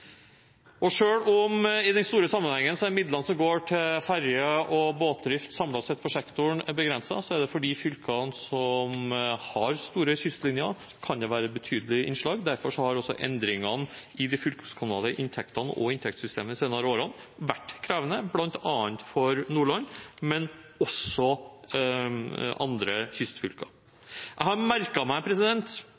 midlene som går til ferje og båtdrift samlet sett for sektoren, i den store sammenhengen er begrenset, kan det for fylkene som har store kystlinjer, være betydelige innslag. Derfor har også endringene i de fylkeskommunale inntektene og inntektssystemet de senere årene vært krevende, bl.a. for Nordland, men også for andre kystfylker.